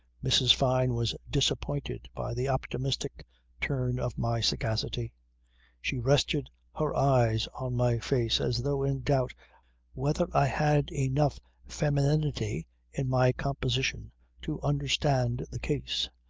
mrs. fyne was disappointed by the optimistic turn of my sagacity she rested her eyes on my face as though in doubt whether i had enough femininity in my composition to understand the case.